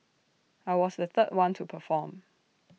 I was the third one to perform